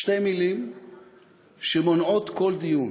שתי מילים שמונעות כל דיון.